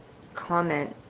comment.